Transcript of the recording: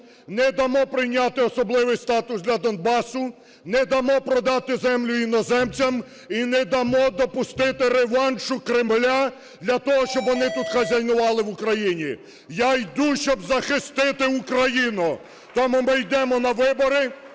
не дамо прийняти особливий статус для Донбасу, не дамо продати землю іноземцям і не дамо допустити реваншу Кремля для того, щоб вони тут хазяйнували в Україні. Я йду, щоб захистити Україну. Тому ми йдемо на вибори,